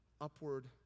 upward